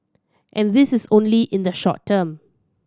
and this is only in the short term